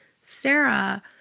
Sarah